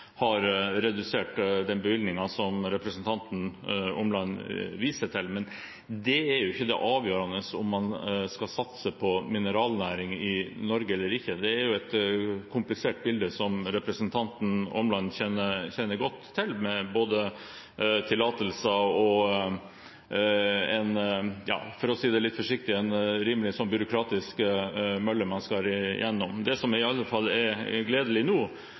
har redusert den bevilgningen som representanten Omland viser til, men det er ikke det avgjørende om man skal satse på mineralnæring i Norge eller ikke. Det er et komplisert bilde, som representanten Omland kjenner godt til, med både tillatelser og – for å si det litt forsiktig – en rimelig byråkratisk mølle man skal gjennom. Men det som i alle fall er gledelig nå,